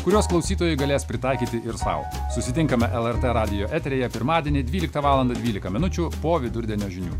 kuriuos klausytojai galės pritaikyti ir sau susitinkame lrt radijo eteryje pirmadienį dvyliktą valandą dvylika minučių po vidurdienio žinių